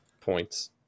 points